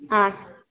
ಹಾಂ